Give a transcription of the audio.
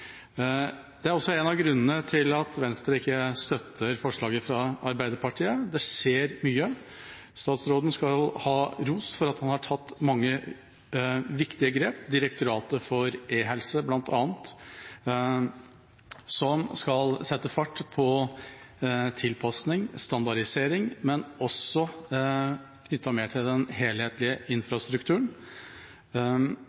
Det er også en av grunnene til at Venstre ikke støtter forslaget fra Arbeiderpartiet – det skjer mye. Statsråden skal ha ros for at han har tatt mange viktige grep – Direktoratet for e-helse, bl.a., som skal sette fart på tilpasning, standardisering – og også knyttet mer til den helhetlige